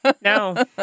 No